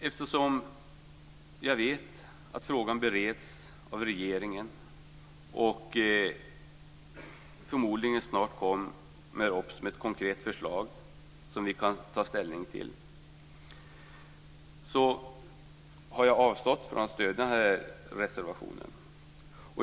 Eftersom jag vet att frågan bereds av regeringen och förmodligen också snart kommer som ett konkret förslag som vi kan ta ställning till har jag avstått från att stödja reservationen.